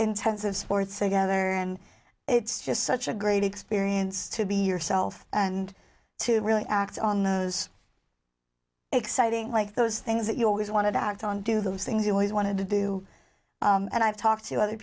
intensive sports they gather and it's just such a great experience to be yourself and to really act on those exciting like those things that you always want to act on do those things you always want to do and i've talked to other